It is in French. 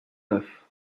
neuf